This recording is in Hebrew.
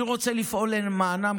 אני רוצה לפעול למענם.